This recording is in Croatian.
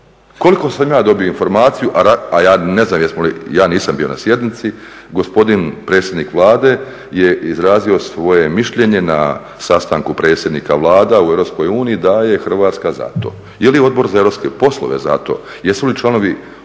Koliko sam ja dobio informaciju, a ja ne znam jesmo li, ja nisam bio na sjednici, gospodin predsjednik Vlade je izrazio svoje mišljenje na sastanku predsjednika Vlada u EU da je Hrvatska za to. Je li Odbor za europske poslove za to? Jesu li članovi